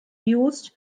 used